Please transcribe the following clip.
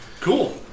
Cool